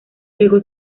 luego